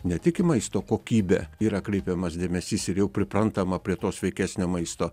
ne tik į maisto kokybę yra kreipiamas dėmesys ir jau priprantama prie to sveikesnio maisto